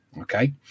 Okay